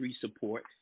support